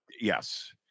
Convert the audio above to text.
yes